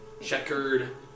checkered